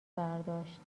برداشت